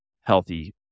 healthy